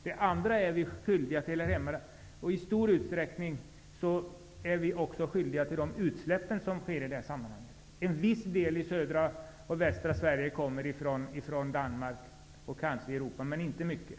Det andra ozonet är vi skyldiga till här hemma. I stor utsträckning är vi skyldiga till de utsläpp som sker. En viss del i södra och västra Sverige kommer från Danmark och kanske från Europa, men inte mycket.